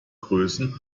größen